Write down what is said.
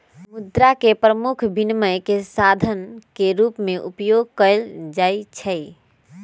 मुद्रा के प्रमुख काज विनिमय के साधन के रूप में उपयोग कयल जाइ छै